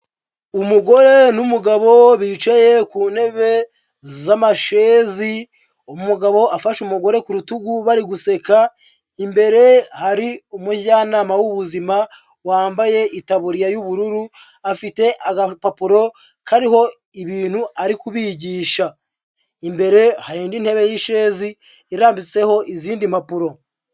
Umugore n'umugabo bicaye ku ntebe z'amashezi umugabo afashe umugore ku rutugu bari guseka imbere hari umujyanama w'ubuzima wambaye itaburiya y'ubururu, afite agapapuro kariho ibintu ari kubigisha. Imbere hari intebe y'isherezi irambitseho izindi mpapuro.